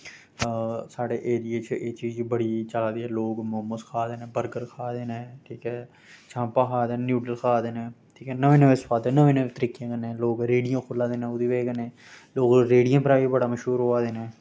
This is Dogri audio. साढ़े एरिये च एह् चीज़ बड़ी चला दी ऐ लोग मोमोस खा दे न बर्गर खा दे न ठीक ऐ चांपां खा दे न न्यूडल खा दे न ठीक ऐ नमें नमें सोआद दे नमें नमें तरीकें कन्नै लोक रेह्ड़ियां खोल्ला दे न ओह्दी बजह् कन्नै लोग रेह्ड़ियें परा बी बड़ा मश्हूर होआ दे न